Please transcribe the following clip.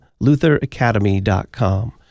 lutheracademy.com